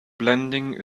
blending